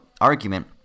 argument